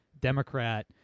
democrat